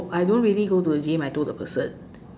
I don't really go to the gym I told the person